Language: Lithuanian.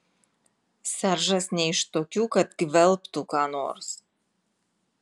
seržas ne iš tokių kad gvelbtų ką nors